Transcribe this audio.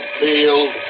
field